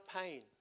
pain